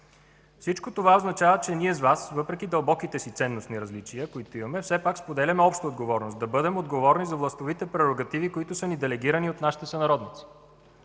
Всичко това означава, че ние с Вас, въпреки дълбоките си ценностни различия, които имаме, все пак споделяме обща отговорност – да бъдем отговорни за властовите прерогативи, които са ни делегирани от нашите сънародници.